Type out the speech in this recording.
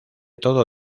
todo